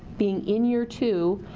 being in year two,